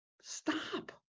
Stop